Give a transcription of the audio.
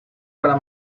para